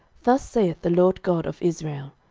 thus saith the lord god of israel,